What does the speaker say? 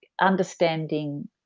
understanding